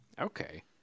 Okay